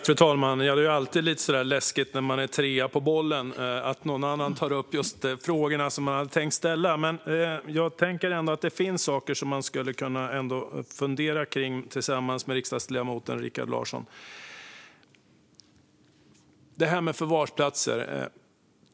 Fru talman! Det är alltid lite läskigt när man är trea på bollen, för då kanske någon annan tar upp just de frågor som man hade tänkt ställa. Jag tänker att det ändå finns saker som man skulle kunna fundera kring tillsammans med riksdagsledamoten Rikard Larsson. Det gäller förvarsplatser.